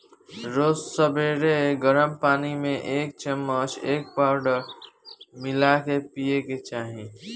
रोज सबेरे गरम पानी में एक चमच एकर पाउडर मिला के पिए के चाही